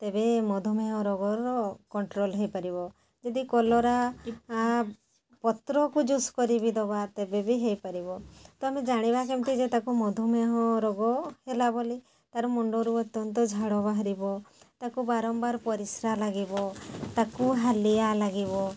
ତେବେ ମଧୁମେହ ରୋଗର କଣ୍ଟ୍ରୋଲ୍ ହୋଇପାରିବ ଯଦି କଲରା ପତ୍ରକୁ ଜୁସ୍ କରିକି ଦେବା ତେବେ ବି ହୋଇପାରିବ ତ ଆମେ ଜାଣିବା କେମିତି ଯେ ତାକୁ ମଧୁମେହ ରୋଗ ହେଲା ବୋଲି ତା'ର ମୁଣ୍ଡରୁ ଅତ୍ୟନ୍ତ ଝାଳ ବାହାରିବ ତାକୁ ବାରମ୍ବାର ପରିସ୍ରା ଲାଗିବ ତାକୁ ହାଲିଆ ଲାଗିବ